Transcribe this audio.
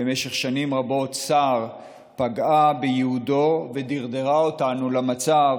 במשך שנים רבות פגעה בייעודו ודרדרה אותנו למצב